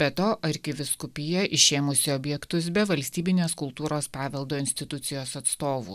be to arkivyskupija išėmusi objektus be valstybinės kultūros paveldo institucijos atstovų